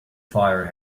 fire